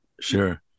sure